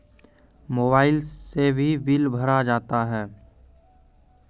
Mobile से भी bill भरा जाता हैं?